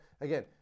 again